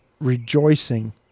rejoicing